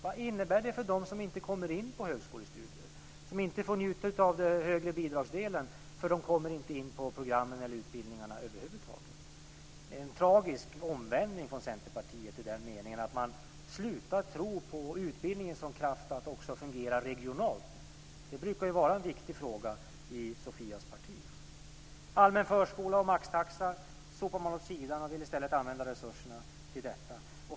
Vad innebär det för dem som inte kommer in på högskolestudier, som inte får njuta av den högre bidragsdelen därför att de inte kommer in på programmen eller utbildningarna över huvud taget? Det är en tragisk omvändning av Centerpartiet i den meningen att man slutar tro på utbildningen som kraft att också fungera regionalt. Det brukar ju vara en viktig fråga i Sofia Jonssons parti. Allmän förskola och maxtaxa sopar man åt sidan och vill i stället använda resurserna till detta.